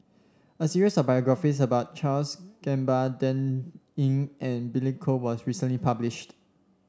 a series of biographies about Charles Gamba Dan Ying and Billy Koh was recently published